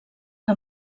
que